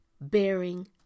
Bearing